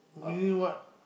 you eat what